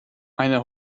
eine